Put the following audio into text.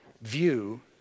view